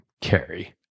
carry